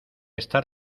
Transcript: estar